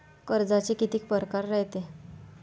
कर्जाचे कितीक परकार रायते?